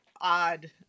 odd